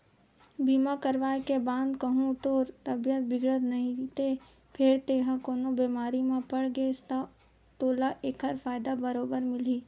बीमा करवाय के बाद कहूँ तोर तबीयत बिगड़त नइते फेर तेंहा कोनो बेमारी म पड़ गेस ता तोला ऐकर फायदा बरोबर मिलही